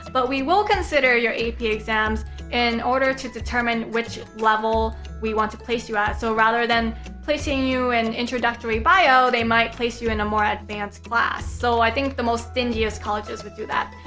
but we will consider your ap exams in order to determine which level we want to place you at. so rather than placing you in introductory bio, they might place you in a more advanced class. so, i think the most stingy colleges would do that.